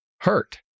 hurt